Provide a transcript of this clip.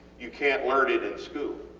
you cant learn it at school,